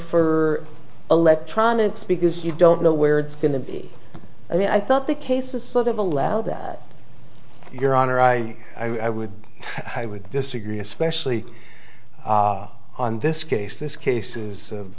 for electronics because you don't know where it's going to be i mean i thought the case is sort of allow that your honor i i would i would disagree especially on this case this cases